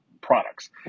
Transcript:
products